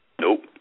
Nope